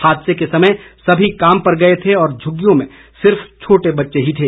हादसे के समय सभी काम पर गए थे और झुग्गियों में सिर्फ छोटे बच्चे ही थे